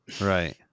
right